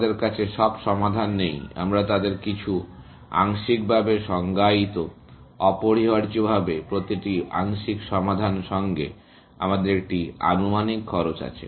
আমাদের কাছে সব সমাধান নেই আমরা তাদের কিছু আংশিকভাবে সংজ্ঞায়িত অপরিহার্যভাবে প্রতিটি আংশিক সমাধান সঙ্গে আমাদের একটি আনুমানিক খরচ আছে